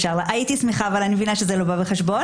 הייתי שמחה, אבל אני מבינה שזה לא בא בחשבון.